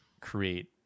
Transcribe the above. create